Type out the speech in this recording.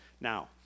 Now